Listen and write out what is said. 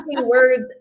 words